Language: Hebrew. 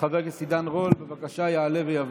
חבר הכנסת עידן רול, בבקשה, יעלה ויבוא.